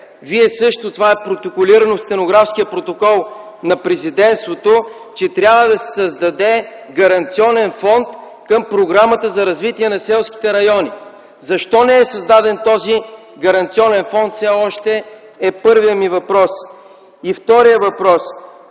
Вие също, това е протоколирано в стенографския протокол на Президентството, че трябва да се създаде гаранционен фонд към Програмата за развитие на селските райони. Защо все още не е създаден този гаранционен фонд? Това е първият ми въпрос. Вторият ми въпрос